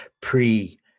pre